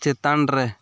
ᱪᱮᱛᱟᱱ ᱨᱮ